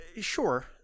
sure